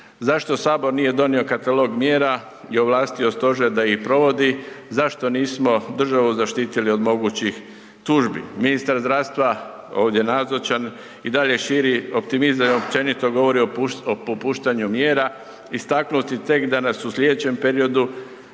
Zašto Sabor nije donio katalog mjera i ovlastio Stožer da ih provodi, zašto nismo državu zaštitili od mogućih tužbi? Ministar zdravstva ovdje nazočan i dalje širi optimizam i općenito govori o popuštanju mjera. Istaknuti tek da nas u sljedećem periodu